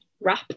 wrap